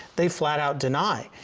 they flat out deny.